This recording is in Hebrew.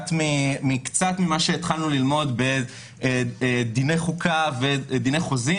קצת ממה שהתחלנו ללמוד בדיני חוקה ודיני חוזים.